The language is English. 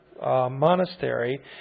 monastery